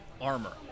armor